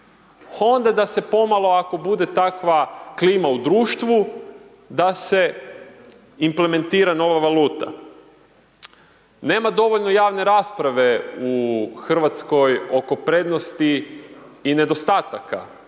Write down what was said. onda da se pomalo, ako bude takva klima u društvu, da se implementira nova valuta. Nema dovoljno javne rasprave u Hrvatskoj oko prednosti i nedostataka